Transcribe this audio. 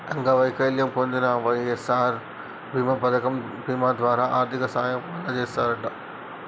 అంగవైకల్యం పొందిన వై.ఎస్.ఆర్ బీమా ద్వారా ఆర్థిక సాయం అందజేస్తారట